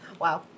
Wow